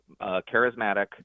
charismatic